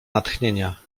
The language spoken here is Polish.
natchnienia